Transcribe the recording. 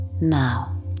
Now